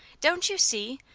don't you see?